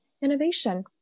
innovation